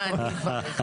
מה אני כבר?